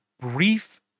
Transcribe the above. brief